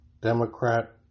Democrat